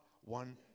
one